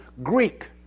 Greek